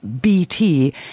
BT